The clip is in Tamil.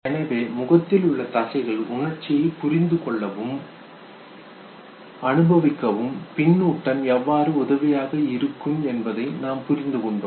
எனவே முகத்தில் உள்ள தசைகள் உணர்ச்சியை புரிந்து கொள்ளவும் அனுபவிக்கவும் பின்னூட்டம் எவ்வாறு உதவியாக இருக்கும் என்பதை நாம் புரிந்து கொண்டோம்